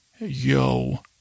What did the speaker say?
Yo